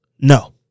No